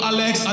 Alex